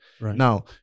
Now